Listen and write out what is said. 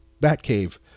Batcave